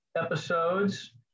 Episodes